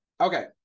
okay